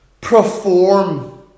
perform